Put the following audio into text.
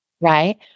right